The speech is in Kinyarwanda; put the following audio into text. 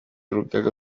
urugaga